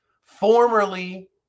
formerly